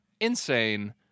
Insane